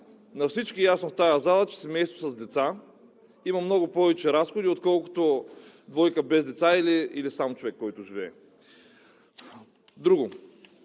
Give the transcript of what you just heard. На всички е ясно в тази зала, че семейство с деца има много повече разходи, отколкото двойка без деца или сам човек, който живее. Друго,